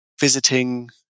visiting